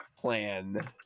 plan